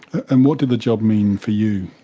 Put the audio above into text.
and what did the job mean for you?